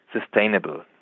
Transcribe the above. sustainable